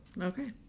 Okay